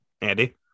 Andy